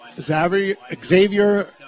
Xavier